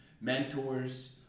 mentors